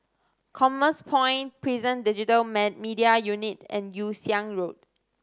Commerce Point Prison Digital Media Unit and Yew Siang Road